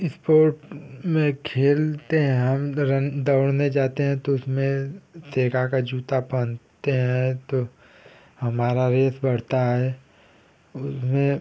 sport में खेलते हैं हम रन दौड़ने जाते हैं तो उसमें सेगा का जूता पहनते हैं तो हमारी रेस बढ़ती है उसमें